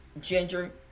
ginger